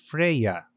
Freya